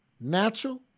natural